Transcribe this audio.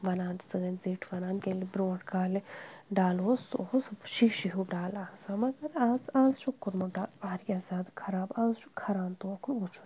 وَنان سٲنۍ زِٹھۍ وَنان کہِ ییٚلہِ برونٛٹھ کالہِ ڈَل اوس سُہ اوس شیٖشہِ ہیوٗ ڈَل آسان مگر آز آز چھُکھ کوٚرمُت ڈَل واریاہ زیادٕ خراب آز چھُ کھران توکُن وُچھُن